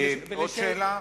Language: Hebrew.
עוד שאלה?